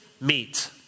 meet